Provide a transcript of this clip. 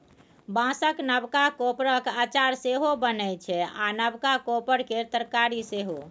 बाँसक नबका कोपरक अचार सेहो बनै छै आ नबका कोपर केर तरकारी सेहो